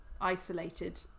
isolated